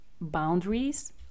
boundaries